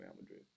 Madrid